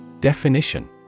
Definition